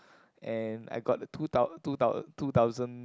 and I got the two thou~ two thou~ two thousand